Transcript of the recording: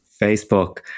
Facebook